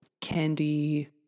candy